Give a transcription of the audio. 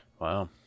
Wow